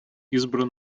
избран